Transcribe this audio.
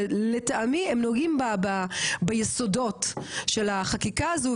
שלטעמי הם נוגעים ביסודות של החקיקה הזו,